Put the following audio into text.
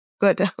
good